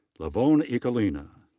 lavonne ikalina.